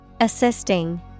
Assisting